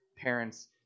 parents